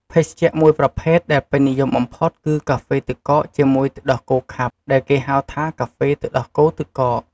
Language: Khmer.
ភេសជ្ជៈមួយប្រភេទដែលពេញនិយមបំផុតគឺកាហ្វេទឹកកកជាមួយទឹកដោះគោខាប់ដែលគេហៅថាកាហ្វេទឹកដោះគោទឹកកក។